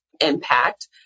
impact